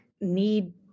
need